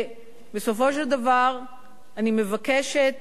בסופו של דבר אני מבקשת,